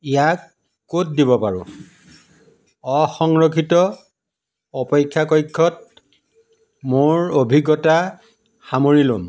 ইয়াক ক'ত দিব পাৰোঁ অসংৰক্ষিত অপেক্ষা কক্ষত মোৰ অভিজ্ঞতা সামৰি ল'ম